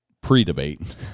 pre-debate